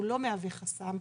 הוא לא מהווה חסם,